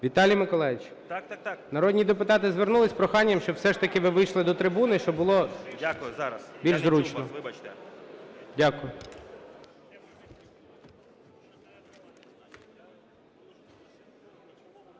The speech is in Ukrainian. Віталій Миколайович, народні депутати звернулись з проханням, щоб все ж таки ви вийшли до трибуни, щоб було більш зручно. ШУБІН